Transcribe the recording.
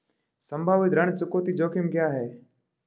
संभावित ऋण चुकौती जोखिम क्या हैं?